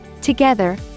Together